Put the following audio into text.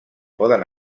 poden